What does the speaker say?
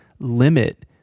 limit